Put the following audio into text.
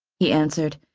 he answered,